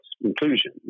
inclusion